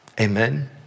amen